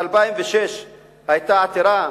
ב-2006 היתה עתירה